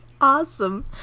Awesome